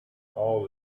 all